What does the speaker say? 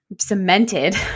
cemented